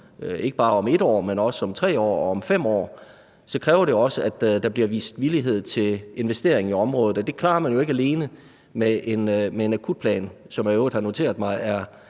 ikke bare om et år, men også om tre år og om fem år – kræver det også, at der bliver vist villighed til investering i området. Og det klarer man jo ikke alene med en akutplan, som jeg i øvrigt har noteret mig er